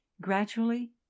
Gradually